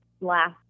last